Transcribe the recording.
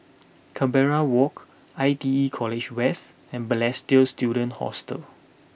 Canberra Walk I T E College West and Balestier Student Hostel